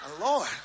Lord